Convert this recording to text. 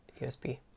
USB